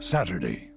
Saturday